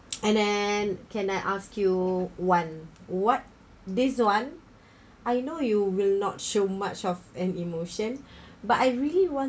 and then can I ask you one what this one I know you will not show much of an emotion but I really want